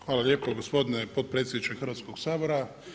Hvala lijepo gospodine potpredsjedniče Hrvatskog sabora.